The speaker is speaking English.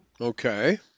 Okay